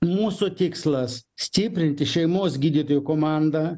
mūsų tikslas stiprinti šeimos gydytojų komandą